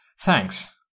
Thanks